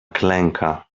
klęka